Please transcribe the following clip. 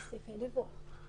יש סעיפי דיווח.